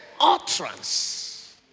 utterance